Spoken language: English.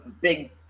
big